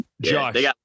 Josh